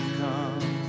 come